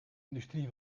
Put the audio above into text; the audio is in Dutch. industrie